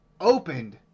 opened